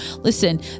Listen